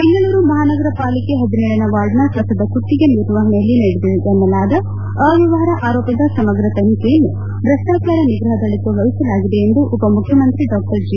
ಬೆಂಗಳೂರು ಮಹಾನಗರ ಪಾಲಿಕೆಯ ಹದಿನೇಳನೇ ವಾರ್ಡ್ನ ಕಸದ ಗುತ್ತಿಗೆ ನಿರ್ವಹಣೆಯಲ್ಲಿ ನಡೆದಿದೆ ಎನ್ನಲಾದ ಅವ್ಯವಹಾರ ಆರೋಪದ ಸಮಗ್ರ ತನಿಖೆಯನ್ನು ಭ್ರಷ್ವಾಚಾರ ನಿಗ್ರಹ ದಳಕ್ಕೆ ವಹಿಸಲಾಗಿದೆ ಎಂದು ಉಪ ಮುಖ್ಯಮಂತ್ರಿ ಡಾ ಜಿ